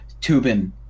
Tubin